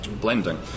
blending